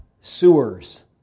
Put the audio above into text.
sewers